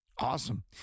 awesome